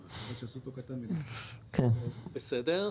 בסדר,